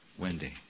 Wendy